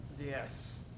Yes